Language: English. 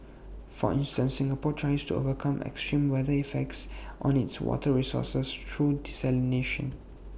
for instance Singapore tries to overcome extreme weather effects on its water resources through desalination